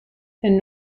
and